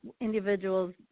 individual's